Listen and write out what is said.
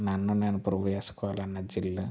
నన్ను నేను ప్రూవ్ చేసుకోవాలన్నా చిల్